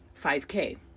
5k